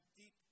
deep